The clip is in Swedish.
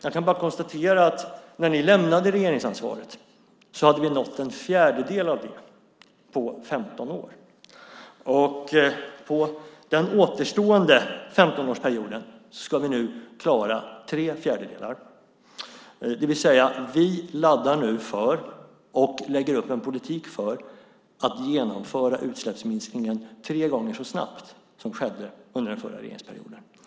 Jag kan bara konstatera att när ni lämnade regeringsansvaret hade ni nått en fjärdedel av det på 15 år. Under den återstående 15-årsperioden ska vi nu klara tre fjärdedelar. Vi laddar nu för och lägger upp en politik för att genomföra utsläppsminskningen tre gånger så snabbt som skedde under den förra regeringsperioden.